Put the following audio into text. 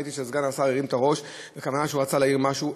ראיתי שסגן השר הרים את הראש בכוונה להעיר משהו.